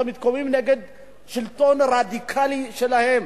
שמתקוממים נגד שלטון רדיקלי שלהם,